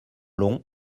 long